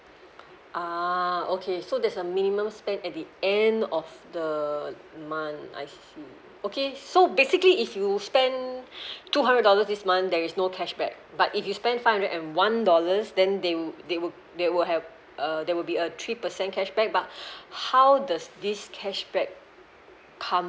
ah okay so there's a minimum spend at the end of the month I see okay so basically if you spend two hundred dollars this month there is no cashback but if you spend five hundred and one dollars then they will they will they will have err there will be a three percent cashback but how does this cashback come